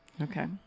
Okay